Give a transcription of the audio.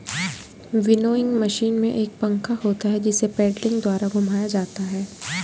winnowing machine में एक पंखा होता है जिसे पेडलिंग द्वारा घुमाया जाता है